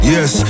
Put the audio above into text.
Yes